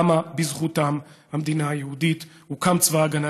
קמה בזכותם המדינה היהודית והוקמו צבא ההגנה